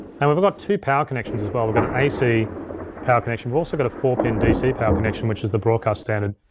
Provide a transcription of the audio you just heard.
and we've got two power connections as but well. we've got an ac power connection, we've also got a four pin dc power connection which is the broadcast standard.